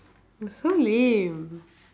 so lame